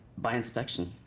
by inspection,